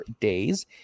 days